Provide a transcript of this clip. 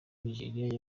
nigeriya